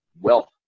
wealth